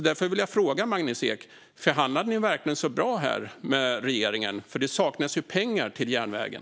Därför vill jag fråga Magnus Ek: Förhandlade ni verkligen så bra med regeringen? Det saknas ju pengar till järnvägen.